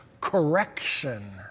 correction